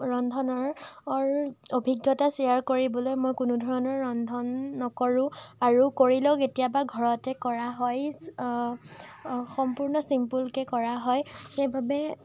ৰন্ধনৰ অৰ অভিজ্ঞতা শ্বেয়াৰ কৰিবলৈ মই কোনোধৰণৰ ৰন্ধন নকৰোঁ আৰু কৰিলেও কেতিয়াবা ঘৰতে কৰা হয় সম্পূৰ্ণ চিম্পুলকে কৰা হয় সেইবাবে